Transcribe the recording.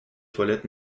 toilettes